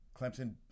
Clemson